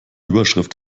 überschrift